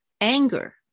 Anger